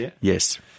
Yes